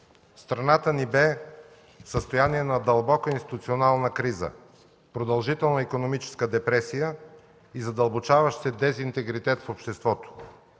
страната ни бе в състояние на дълбока институционална криза, продължителна икономическа депресия и задълбочаващ се дезинтегритет в обществото.